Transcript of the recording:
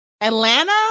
Atlanta